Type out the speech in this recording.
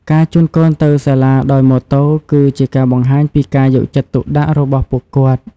ការជូនកូនទៅសាលាដោយម៉ូតូគឺជាការបង្ហាញពីការយកចិត្តទុកដាក់របស់ពួកគាត់។